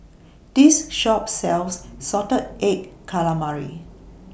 This Shop sells Salted Egg Calamari